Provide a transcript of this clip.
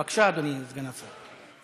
בבקשה, אדוני סגן השר.